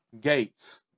gates